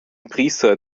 priester